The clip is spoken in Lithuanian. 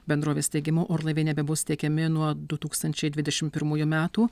bendrovės teigimu orlaiviai nebebus tiekiami nuo du tūkstančiai dvidešim pirmųjų metų